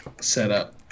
setup